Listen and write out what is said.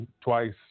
twice